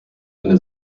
eine